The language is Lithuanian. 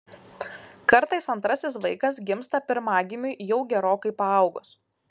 kartais antrasis vaikas gimsta pirmagimiui jau gerokai paaugus